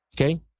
Okay